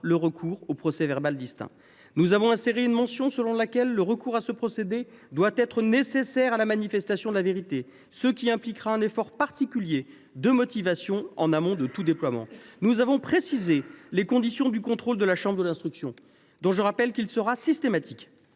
le recours au procès verbal distinct. Nous avons également indiqué que le recours à ce procédé devait être nécessaire à la manifestation de la vérité, ce qui impliquera un effort particulier de motivation en amont de tout déploiement. Nous avons par ailleurs précisé les conditions du contrôle de la chambre de l’instruction, dont je rappelle qu’il sera systématique